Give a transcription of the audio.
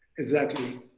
exactly.